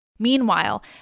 Meanwhile